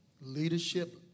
leadership